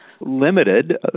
limited